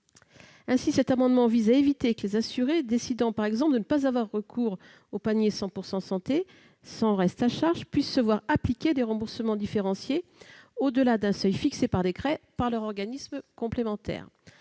Ainsi, avec cet amendement, nous voulons éviter que les assurés qui décideraient, par exemple, de ne pas avoir recours au panier 100 % santé sans reste à charge puissent se voir appliquer des remboursements différenciés, au-delà d'un seuil fixé par décret, par leur organisme complémentaire.